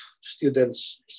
students